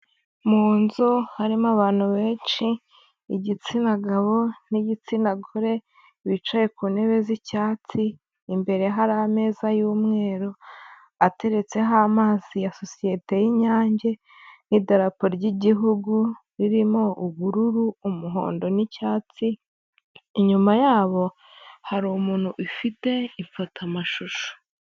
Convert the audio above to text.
Mu nzu harimo abantu benshi igitsina gabo n'igitsina gore bicaye ku ntebe z'icyatsi, imbere hari ameza y'umweru ateretseho amazi ya sosiyete y'Inyange n'idarapo ry'gihugu ririmo ubururu, umuhondo n'icyatsi, Inyuma yabo hari umuntu ufite ifata amashusho.